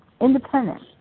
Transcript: Independent